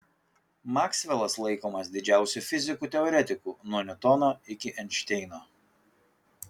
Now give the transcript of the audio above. maksvelas laikomas didžiausiu fiziku teoretiku nuo niutono iki einšteino